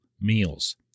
meals